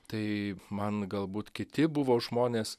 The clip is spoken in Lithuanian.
tai man galbūt kiti buvo žmonės